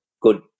Good